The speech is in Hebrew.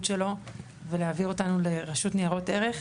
שלו ולהעביר אותנו לרשות ניירות ערך,